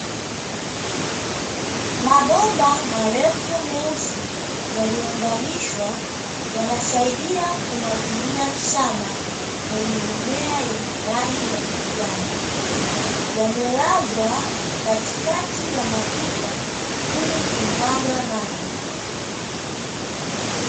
Mabomba marefu meusi yaliyounganishwa, yanasaidia kumwagilia shamba lenye mimea yenye rangi ya kijani. Yamelazwa katikati ya matuta ili kumwaga maji.